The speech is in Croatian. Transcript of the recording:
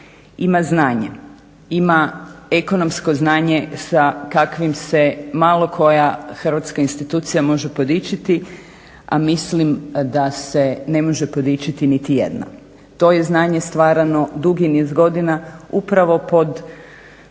ima znanje, ima ekonomsko znanje sa kakvim se malo koja hrvatska institucija može podičiti, a mislim da se ne može podičiti niti jedna. To je znanje stvarano dugi niz godina upravo pod